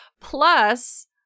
Plus